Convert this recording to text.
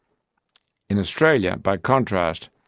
in australia, by contrast,